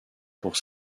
pour